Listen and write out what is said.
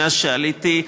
אחרי שעליתי,